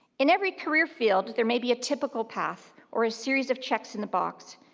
in every career field there may be a typical path, or a series of checks in the box,